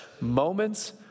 moments